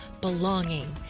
belonging